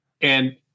And-